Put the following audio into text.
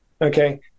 okay